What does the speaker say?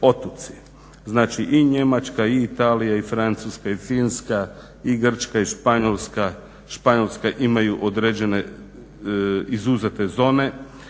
otoci. Znači i Njemačka i Italija i Francuska i Finska i Grčka i Španjolska imaju određene izuzete zone.